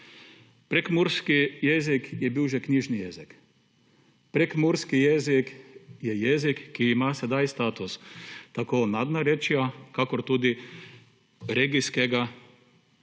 Prekmurski jezik je bil že knjižni jezik. Prekmurski jezik je jezik, ki ima sedaj status tako nadnarečja, kakor tudi regijskega